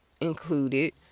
included